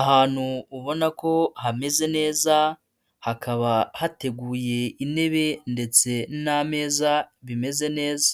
Ahantu ubona ko hameze neza, hakaba hateguye intebe ndetse n'ameza bimeze neza,